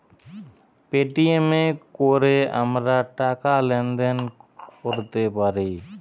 Paytm এ কোরে আমরা টাকা লেনদেন কোরতে পারি